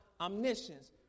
omniscience